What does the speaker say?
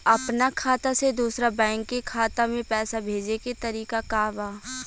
अपना खाता से दूसरा बैंक के खाता में पैसा भेजे के तरीका का बा?